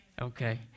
Okay